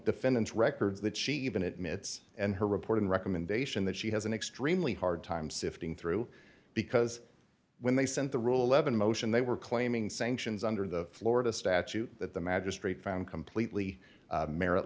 defendant's records that she even admits and her reported recommendation that she has an extremely hard time sifting through because when they sent the rule eleven motion they were claiming sanctions under the florida statute that the magistrate found completely